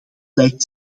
lijkt